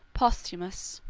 posthumus,